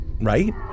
right